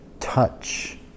touch